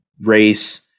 race